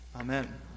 Amen